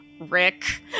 Rick